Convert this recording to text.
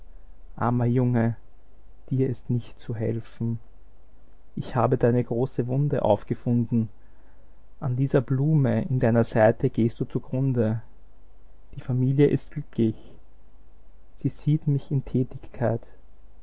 armer junge dir ist nicht zu helfen ich habe deine große wunde aufgefunden an dieser blume in deiner seite gehst du zugrunde die familie ist glücklich sie sieht mich in tätigkeit